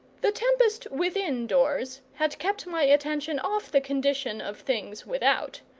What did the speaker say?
the tempest within-doors had kept my attention off the condition of things without.